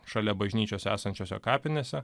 šalia bažnyčios esančiose kapinėse